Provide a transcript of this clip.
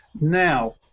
Now